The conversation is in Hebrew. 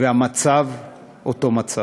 והמצב אותו מצב.